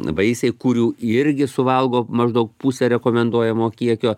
vaisiai kurių irgi suvalgo maždaug pusę rekomenduojamo kiekio